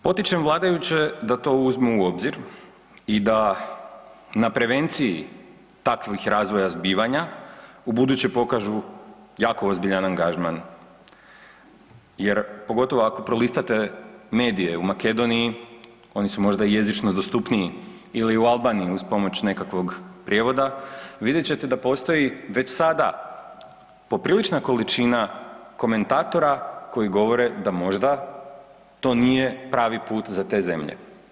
Potičem vladajuće da to uzmu u obzir i da na prevenciji takvih razvoja zbivanja ubuduće pokažu jako ozbiljan angažman jer pogotovo ako prolistate medije u Makedoniji oni su možda jezično dostupniji ili u Albaniji uz pomoć nekakvog prijevoda vidjet ćete da postoji već sada poprilična količina komentatora koji govore da možda to nije pravi put za te zemlje.